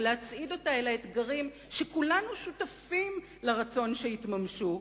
ולהצעיד אותה אל האתגרים שכולנו שותפים לרצון שיתממשו,